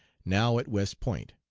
now at west point.